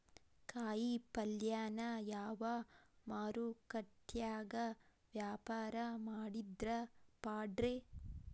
ಕಾಯಿಪಲ್ಯನ ಯಾವ ಮಾರುಕಟ್ಯಾಗ ವ್ಯಾಪಾರ ಮಾಡಿದ್ರ ಪಾಡ್ರೇ?